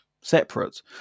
separate